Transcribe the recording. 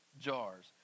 jars